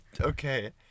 Okay